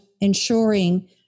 ensuring